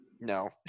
No